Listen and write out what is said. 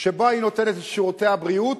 שבו היא נותנת את שירותי הבריאות,